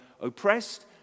oppressed